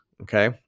Okay